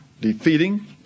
defeating